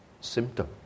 symptom